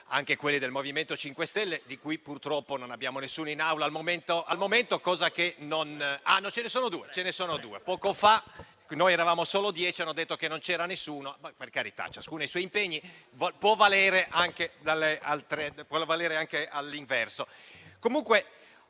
anche quelli del MoVimento 5 Stelle, di cui purtroppo non abbiamo nessun esponente in Aula al momento, anzi no, ce ne sono due. *(Commenti).* Poco fa noi eravamo solo dieci e hanno detto che non c'era nessuno. Per carità, ciascuno ha i suoi impegni, può valere anche all'inverso.